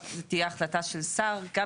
נכון שפה תהיה החלטה של שר.